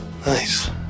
Nice